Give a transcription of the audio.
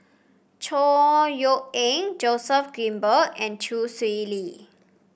Chor Yeok Eng Joseph Grimberg and Chee Swee Lee